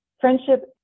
friendship